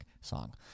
song